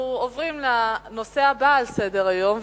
אנחנו עוברים לנושא הבא על סדר-היום.